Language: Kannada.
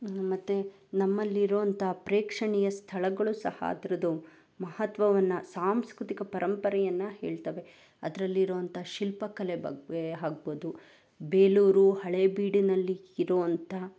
ಮತ್ತು ನಮ್ಮಲ್ಲಿ ಇರೋಂಥ ಪ್ರೇಕ್ಷಣೀಯ ಸ್ಥಳಗಳು ಸಹ ಅದ್ರದ್ದು ಮಹತ್ವವನ್ನು ಸಾಂಸ್ಕೃತಿಕ ಪರಂಪರೆಯನ್ನು ಹೇಳ್ತವೆ ಅದರಲ್ಲಿರೋಂಥ ಶಿಲ್ಪಕಲೆ ಬಗ್ಗೆ ಆಗ್ಬೋದು ಬೇಲೂರು ಹಳೇಬೀಡಿನಲ್ಲಿ ಇರುವಂಥ